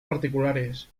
particulares